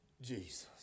Jesus